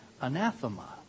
anathema